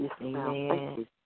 Amen